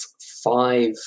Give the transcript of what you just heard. five